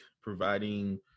providing